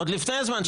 עוד לפני הזמן שלי.